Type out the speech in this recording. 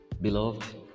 Beloved